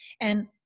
And-